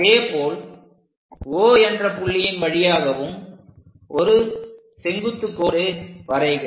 அதேபோல் O என்ற புள்ளியின் வழியாகவும் ஒரு செங்குத்து கோடு வரைக